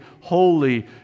holy